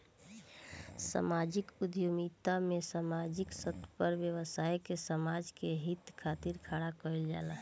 सामाजिक उद्यमिता में सामाजिक स्तर पर व्यवसाय के समाज के हित खातिर खड़ा कईल जाला